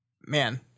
man